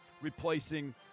replacing